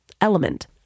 Element